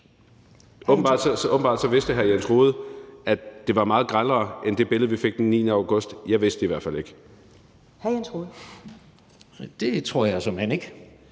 Jens Rohde, at det var meget grellere end det billede, vi fik den 9. august. Jeg vidste det i hvert fald ikke. Kl. 14:45 Første